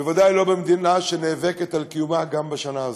בוודאי לא במדינה שנאבקת על קיומה גם בשנה הזאת.